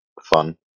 fun